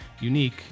unique